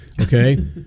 Okay